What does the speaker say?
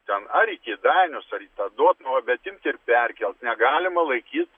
ten ar į kėdainius ar į tą dotnuvą bet imt ir perkelt negalima laikyt